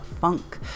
Funk